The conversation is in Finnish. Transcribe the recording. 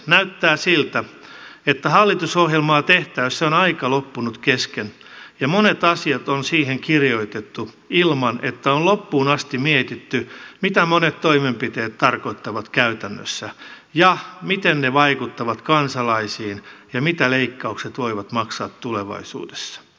näyttää siltä että hallitusohjelmaa tehtäessä on aika loppunut kesken ja monet asiat on siihen kirjoitettu ilman että on loppuun asti mietitty mitä monet toimenpiteet tarkoittavat käytännössä ja miten ne vaikuttavat kansalaisiin ja mitä leikkaukset voivat maksaa tulevaisuudessa